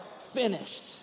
finished